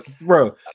Bro